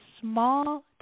small